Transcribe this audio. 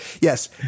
Yes